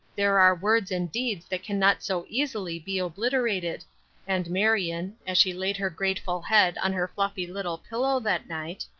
there are words and deeds that can not so easily be obliterated and marion, as she laid her grateful head on her fluffy little pillow that night,